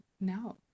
no